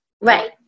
Right